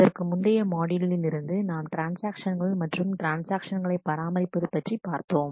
இதற்கு முந்தைய மாட்யூலில் இருந்து நாம் ட்ரான்ஸ்ஆக்ஷன்கள் மற்றும் ட்ரான்ஸ்ஆக்ஷன்களை பராமரிப்பது பற்றி பார்த்தோம்